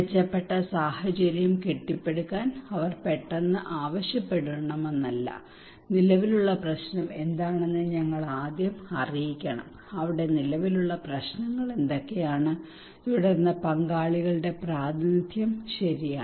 മെച്ചപ്പെട്ട സാഹചര്യങ്ങൾ കെട്ടിപ്പടുക്കാൻ അവർ പെട്ടെന്ന് ആവശ്യപ്പെടുമെന്നല്ല നിലവിലുള്ള പ്രശ്നം എന്താണെന്ന് ഞങ്ങൾ ആദ്യം അറിയിക്കണം അവിടെ നിലവിലുള്ള പ്രശ്നങ്ങൾ എന്തൊക്കെയാണ് തുടർന്ന് പങ്കാളികളുടെ പ്രാതിനിധ്യം ശരിയാണ്